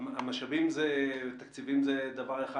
המשאבים והתקציבים זה דבר אחד.